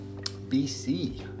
BC